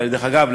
ודרך אגב,